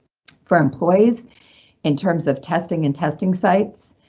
for employees in terms of testing and testing sites,